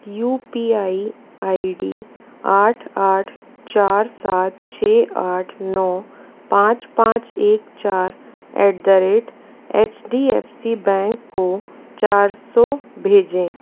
you P I I D आठ आठ चार सात छः आठ नौ पाँच पाँच एक चार at the rate H D F C bank को चार सौ भेजें